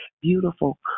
beautiful